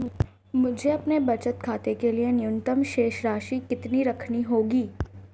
मुझे अपने बचत खाते के लिए न्यूनतम शेष राशि कितनी रखनी होगी?